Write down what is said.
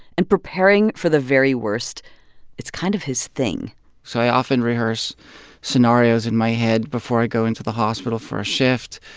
and preparing for the very worst it's kind of his thing so i often rehearse scenarios in my head before i go into the hospital for a shift.